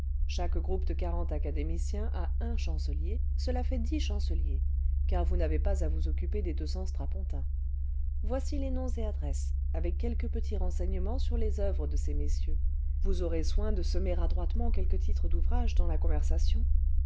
chaque groupe de quarante académiciens a un chancelier cela fait dix chanceliers car vous n'avez pas à vous occuper des deux cents strapontins voici les noms et adresses avec quelques petits renseignements sur les oeuvres de ces messieurs vous aurez soin cle semer adroitement quelques titres d'ouvrages clans la conversation